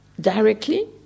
directly